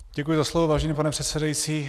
Děkuji za slovo, vážený pane předsedající.